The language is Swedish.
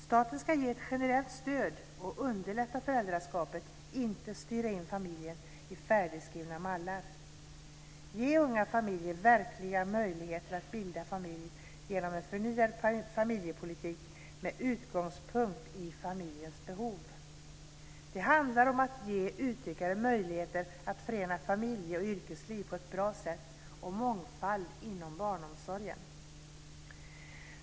Staten ska ge ett generellt stöd som underlättar föräldraskapet, inte styra in familjerna i färdigskrivna mallar. Ge unga människor verkliga möjligheter att bilda familj med hjälp av en förnyad familjepolitik med utgångspunkt i familjens behov. Det handlar om att ge utökade möjligheter att förena familje och yrkesliv på ett bra sätt, och det handlar om mångfald inom barnomsorgen.